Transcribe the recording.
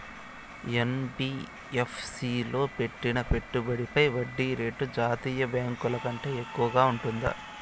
NBFC లో పెట్టిన పెట్టుబడి పై వడ్డీ రేటు జాతీయ బ్యాంకు ల కంటే ఎక్కువగా ఉంటుందా?